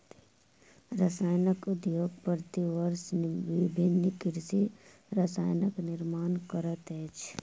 रसायन उद्योग प्रति वर्ष विभिन्न कृषि रसायनक निर्माण करैत अछि